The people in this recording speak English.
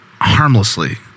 harmlessly